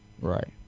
Right